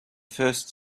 first